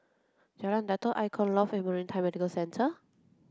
Jalan Datoh Icon Loft and Maritime Medical Centre